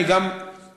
אני גם אתמוך,